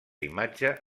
imatge